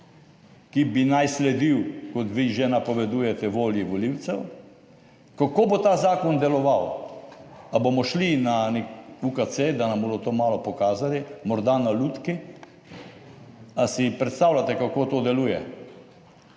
ki bi naj sledil, kot vi že napovedujete, volji volivcev, kako bo ta zakon deloval, ali bomo šli na nek UKC, da nam bodo to malo pokazali, morda na lutki? Ali si predstavljate, kako to deluje?